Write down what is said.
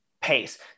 pace